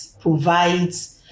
provides